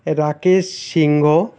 Rakesh Singh